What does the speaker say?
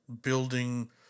building